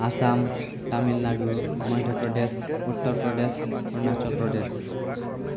Assam Tamil Nadu Madhya Pradesh Uttar Pradesh Arunachal Pradesh